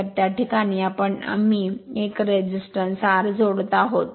तर त्या प्रकरणात आम्ही 1 प्रतिरोधक R जोडत आहोत